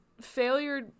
failure